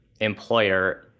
employer